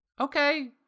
Okay